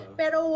pero